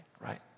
right